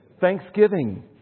Thanksgiving